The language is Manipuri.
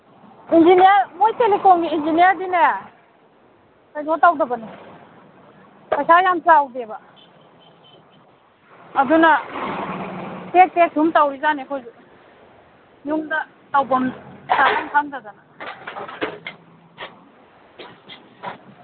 ꯏꯟꯖꯤꯅꯤꯌꯔ ꯃꯣꯏ ꯇꯦꯂꯤꯀꯣꯝꯒꯤ ꯏꯟꯖꯤꯅꯤꯌꯔꯗꯤꯅꯦ ꯀꯩꯅꯣ ꯇꯧꯗꯕꯅꯦ ꯄꯩꯁꯥ ꯌꯥꯝ ꯆꯥꯎꯗꯦꯕ ꯑꯗꯨꯅ ꯇꯦꯛ ꯇꯦꯛ ꯁꯨꯝ ꯇꯧꯔꯤꯖꯥꯠꯅꯤ ꯑꯩꯈꯣꯏꯁꯨ ꯌꯨꯝꯗ ꯇꯧꯕꯝ ꯆꯥꯕꯝ ꯈꯪꯗꯗꯅ